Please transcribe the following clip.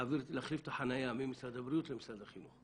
את החניה ממשרד הבריאות למשרד החינוך.